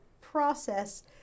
process